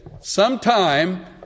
sometime